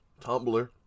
Tumblr